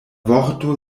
vorto